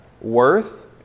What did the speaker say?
worth